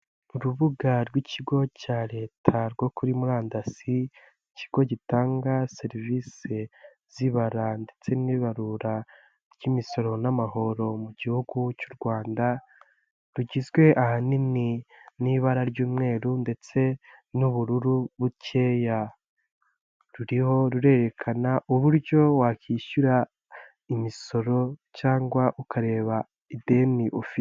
Urubuga rw'ikigo cya leta rwo kuri murandasi ikigo gitanga serivisi z'ibara ndetse n'ibarura ry'imisoro n'amahoro mu gihugu cy'u Rwanda rugizwe ahanini n'ibara ry'umweru ndetse n'ubururu bukeya. Ruriho rurerekana uburyo wakwishyura imisoro cyangwa ukareba ideni ufite.